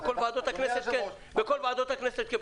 בכל ועדות הכנסת, כן.